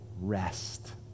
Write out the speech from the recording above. rest